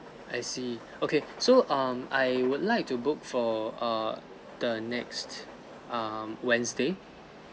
I see okay so um I would like to book for err the next um wednesday